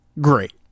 Great